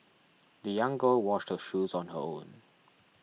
the young girl washed shoes on her own